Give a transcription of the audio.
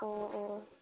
অঁ অঁ